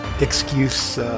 excuse